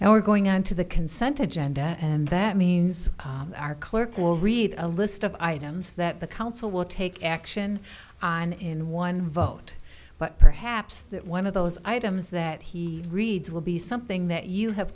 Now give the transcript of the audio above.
now we're going on to the consent agenda and that means our clerk will read a list of items that the council will take action on in one vote but perhaps that one of those items that he reads will be something that you have